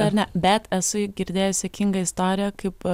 ar ne bet esu girdėjęs juokingą istoriją kaip